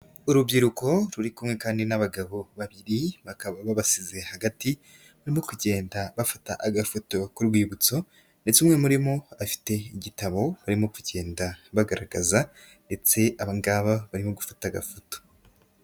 Urubyiruko ruri kumwe kandi n'abagabo babiri, bakaba babasize hagati barimo kugenda bafata agafoto k'u rwibutso ndetse umwe muri bo afite igitabo barimo kugenda bagaragaza ndetse abangaba barimo gufata agafoto.